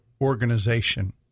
organization